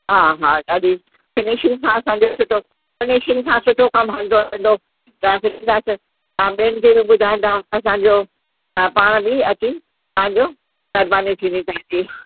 हा हा ॾाढी फ़िनिशिंग सां असांजो सुठो फ़िनिशिंग सां सुठो कमु हलंदो रहंदो तव्हांखे ॾींदासीं तव्हां ॿियनि खे बि ॿुधाईंदा असांजो तव्हां पाण बि अची पंहिंजो महिरबानी थींदी तव्हांजी